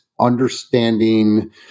understanding